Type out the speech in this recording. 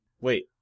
Wait